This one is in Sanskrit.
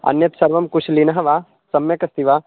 अन्यत् सर्वं कुश्लिनः वा सम्यक् अस्ति वा